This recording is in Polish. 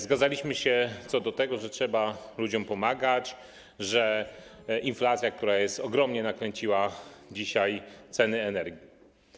Zgadzaliśmy się co do tego, że trzeba ludziom pomagać, że inflacja, która jest, ogromnie nakręciła dzisiaj ceny energii.